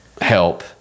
help